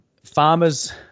farmers